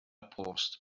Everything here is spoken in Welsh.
post